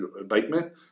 abatement